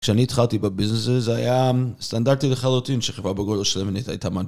כשאני התחלתי בביזנס זה היה סטנדרטי לחלוטין שחברה בגודל של אמנית הייתה מנפיקה